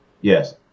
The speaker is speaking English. Yes